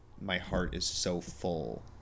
my-heart-is-so-full